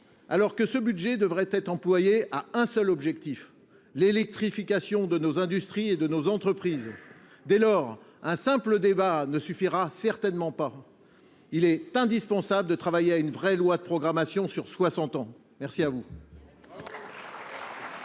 alors que ce budget devrait être employé pour atteindre un seul objectif : l’électrification de nos industries et de nos entreprises. Dès lors, un simple débat ne suffira certainement pas. Il est indispensable de travailler à une véritable loi de programmation sur soixante ans